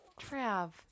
Trav